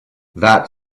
that